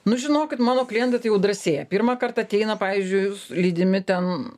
nu žinokit mano klientai tai jau drąsėja pirmąkart ateina pavyzdžiui lydimi ten